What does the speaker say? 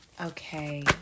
Okay